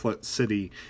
city